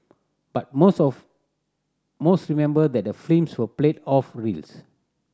but most of most remember that the films were played off reels